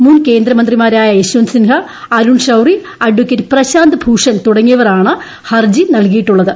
മുൻ കേന്ദ്രമന്ത്രിമാരായ യശ്വന്ത് സിൻഹ അരുൺ ഷൌറി അഡ്വക്കേറ്റ് പ്രശാന്ത് ഭൂഷൺ തുടങ്ങിയവർ ആണ് ഹർജി നൽകിയിട്ടുള്ളത്